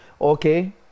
Okay